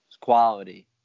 quality